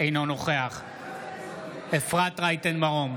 אינו נוכח אפרת רייטן מרום,